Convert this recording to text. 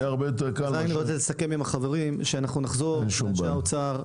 אנחנו נחזור לאנשי האוצר,